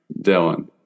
Dylan